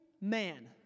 man